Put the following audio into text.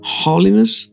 holiness